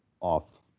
off